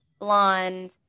blonde